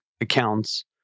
accounts